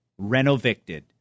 renovicted